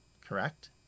correct